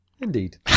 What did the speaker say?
Indeed